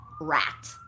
rat